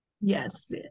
Yes